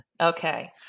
Okay